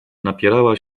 napierała